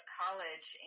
college